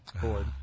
board